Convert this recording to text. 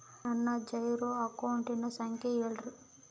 ನನ್ನ ಜೇರೊ ಅಕೌಂಟಿನ ಸಂಖ್ಯೆ ಹೇಳ್ರಿ?